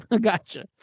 Gotcha